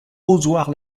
ozoir